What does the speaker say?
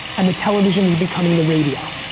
and the television is becoming the radio.